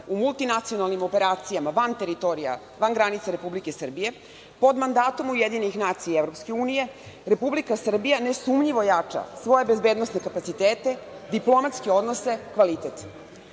u multinacionalnim operacijama van granica Republike Srbije pod mandatom UN i EU Republika Srbija nesumnjivo jača svoje bezbednosne kapacitete, diplomatske odnose, kvalitet.